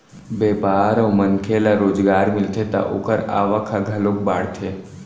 बेपार अउ मनखे ल रोजगार मिलथे त ओखर आवक ह घलोक बाड़थे